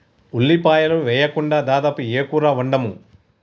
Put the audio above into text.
ఉల్లిపాయలు వేయకుండా దాదాపు ఏ కూర వండము